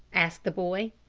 asked the boy.